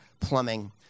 plumbing